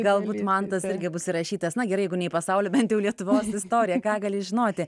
galbūt mantas irgi bus įrašytas na gerai jeigu ne į pasaulio bent jau lietuvos istoriją ką gali žinoti